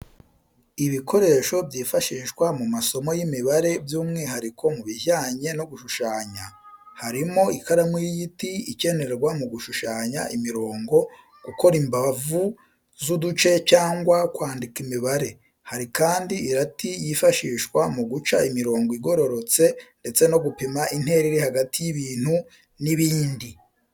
Ibikoresho byifashishwa mu masomo y'imibare by'umwihariko mu bijyanye no gushushanya. Harimo ikaramu y'igiti ikenerwa mu gushushanya imirongo, gukora imbavu z’uduce cyangwa kwandika imibare. Hari kandi irati yifashishwa mu guca imiringo igororotse ndetse no gupima intera iri hagati y'ibintu n'ibindi.